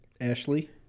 Ashley